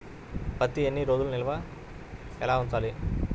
పత్తి ఎన్ని రోజులు ఎలా నిల్వ ఉంచాలి?